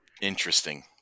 Interesting